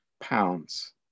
pounds